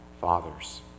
fathers